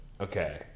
Okay